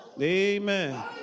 Amen